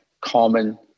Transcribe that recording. common